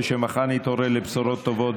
ושמחר נתעורר לבשורות טובות,